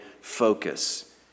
focus